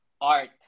art